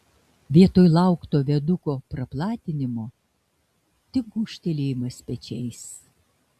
vietoj laukto viaduko praplatinimo tik gūžtelėjimas pečiais